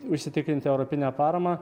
užsitikrinti europinę paramą